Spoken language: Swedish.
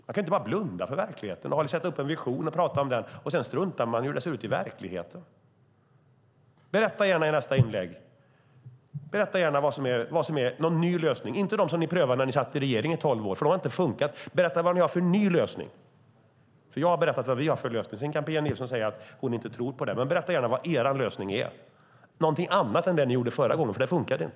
Man kan inte bara blunda för verkligheten. Man kan inte ta fram en vision och prata om den och sedan strunta i hur det ser ut i verkligheten. Berätta gärna i nästa inlägg om någon ny lösning och inte om dem som ni prövade när ni satt i regeringen i tolv år, för de har inte funkat! Berätta vad ni har för ny lösning! Jag har berättat vad vi har för lösning. Sedan kan Pia Nilsson säga att hon inte tror på den, men berätta gärna vad er lösning är. Det måste vara någonting annat än det ni gjorde förra gången, för det funkade inte.